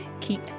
keep